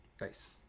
Nice